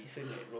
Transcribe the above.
!huh!